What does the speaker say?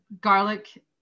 garlic